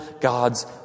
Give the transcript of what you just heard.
God's